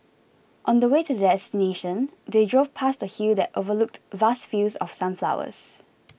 on the way to their destination they drove past a hill that overlooked vast fields of sunflowers